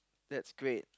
that's great